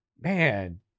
man